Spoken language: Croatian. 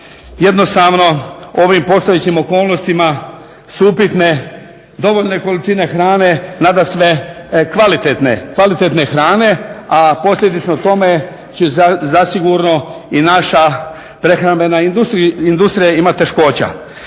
jednostavno ovim postojećim okolnostima su upitne dovoljne količine hrane, nadasve kvalitetne hrane, a posljedično tome zasigurno i naša prehrambena industrija ima teškoća.